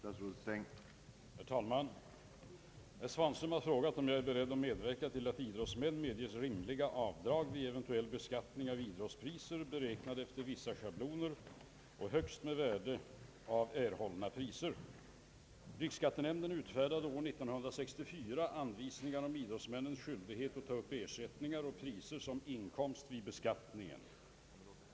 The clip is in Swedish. Herr talman! Herr Svanström har frågat mig om jag är beredd att medverka till att idrottsmän medges rimliga avdrag vid eventuell beskattning av idrottspriser, beräknade efter vissa schabloner och högst med värde av erhållna priser. Riksskattenämnden utfärdade år 1964 anvisningar om idrottsmännens skyldighet att ta upp ersättningar och priser som inkomst vid beskattningen.